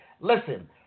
Listen